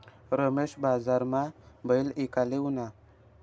रमेश बजारमा बैल ईकाले ऊना